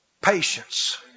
patience